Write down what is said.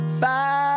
five